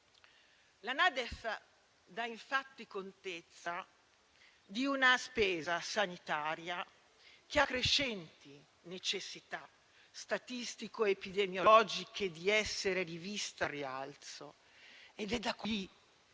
La NADEF dà infatti contezza di una spesa sanitaria che ha crescenti necessità statistico-epidemiologiche di essere rivista al rialzo. È da qui